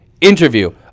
interview